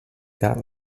that